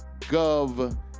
gov